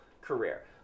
career